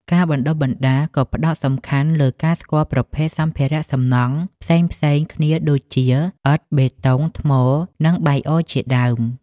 ការបណ្តុះបណ្តាលក៏ផ្តោតសំខាន់លើការស្គាល់ប្រភេទសម្ភារសំណង់ផ្សេងៗគ្នាដូចជាឥដ្ឋ បេតុង ថ្ម និងបាយអជាដើម។